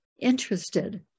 interested